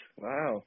Wow